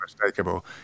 unmistakable